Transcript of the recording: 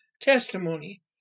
testimony